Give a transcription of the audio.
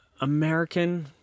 american